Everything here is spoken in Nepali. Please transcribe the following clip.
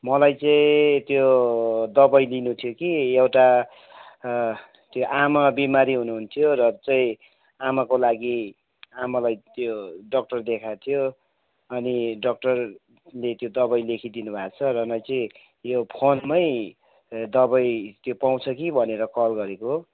मलाई चाहिँ त्यो दवाई लिनु थियो कि एउटा त्यो आमा बिमारी हुनुहुन्थ्यो र चाहिँ आमाको लागि आमालाई त्यो डक्टर देखाएको थियो अनि डक्टरले त्यो दवाई लेखिदिनुभएको छ र म चाहिँ यो फोनमा नै दवाई पाउँछ कि भनेर कल गरेको